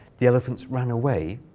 the elephants ran away.